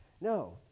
No